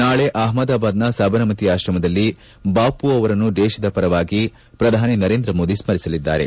ನಾಳೆ ಅಹಮದಾಬಾದ್ನ ಸಬರಮತಿ ಆಶ್ರಮದಲ್ಲಿ ಬಾಪೂ ಅವರನ್ನು ದೇಶದ ಪರವಾಗಿ ಪ್ರಧಾನಿ ನರೇಂದ್ರ ಮೋದಿ ಸ್ಥರಿಸಲಿದ್ದಾರೆ